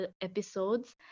episodes